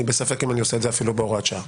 אני בספק אם אני עושה את זה אפילו בהוראת שעה,